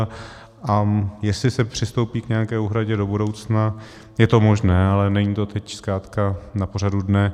A jestli se přistoupí k nějaké úhradě do budoucna, je to možné, ale není to teď zkrátka na pořadu dne.